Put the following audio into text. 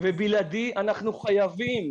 ובלעדי אנחנו חייבים,